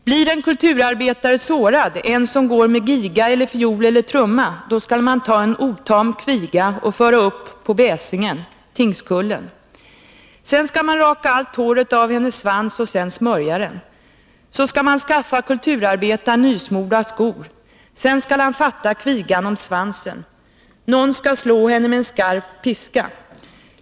Blir en kulturarbetare sårad, en som går med giga eller fiol eller trumma, då skall man ta en otam kviga och föra upp på bäsingen . Sedan skall man raka allt håret av hennes svans och sedan smörja den. Så skall man skaffa kulturarbetaren nysmorda skor. Sedan skall han fatta kvigan om svansen. Någon skall slå henne med en skarp piska.